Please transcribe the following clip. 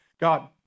God